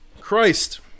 Christ